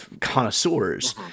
connoisseurs